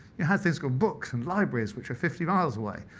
you had physical books and libraries which were fifty miles away.